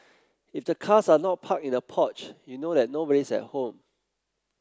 if the cars are not parked in the porch you know that nobody's at home